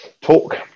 talk